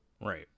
Right